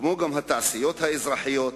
כמו גם התעשיות האזרחיות,